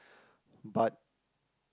but